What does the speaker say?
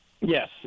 Yes